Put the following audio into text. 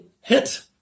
Hit